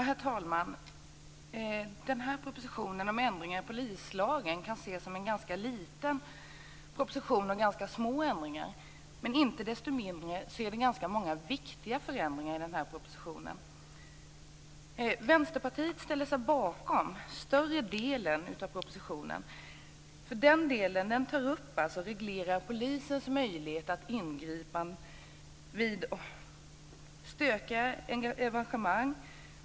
Herr talman! Propositionen om ändringar i polislagen kan ses som en ganska liten proposition med förslag om ganska små ändringar, men icke desto mindre är det många viktiga förändringar i denna proposition. Vänsterpartiet ställer sig bakom större delen av propositionen. Den delen reglerar polisens möjlighet att ingripa vid stökiga evenemang.